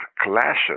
clashes